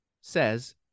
says